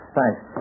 Thanks